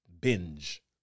binge